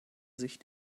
sich